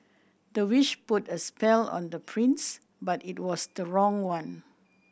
the witch put a spell on the prince but it was the wrong one